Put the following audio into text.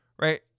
right